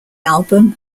album